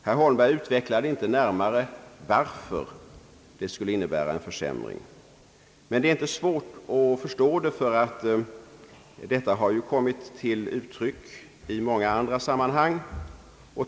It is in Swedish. Herr Holmberg utvecklade inte närmare varför det skulle innebära en försämring, men det är inte svårt att förstå, ty detta har kommit till uttryck i många andra sammanhang.